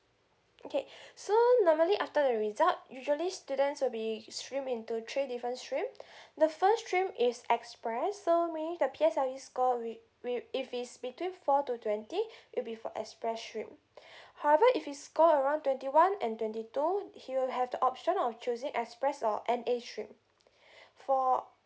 okay so normally after the result usually students will be stream into three different stream the first stream is express so meaning the P_S_L_E score we we if it's between four to twenty it'll be for express stream however if he score around twenty one and twenty two he will have the option of choosing express or N_A stream for